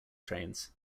trains